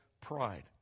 pride